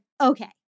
Okay